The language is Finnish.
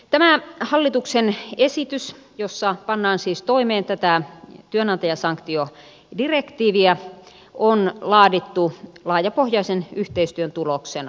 tämä hallituksen esitys jossa pannaan siis toimeen työnantajasanktiodirektiiviä on laadittu laajapohjaisen yhteistyön tuloksena